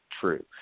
true